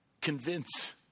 convince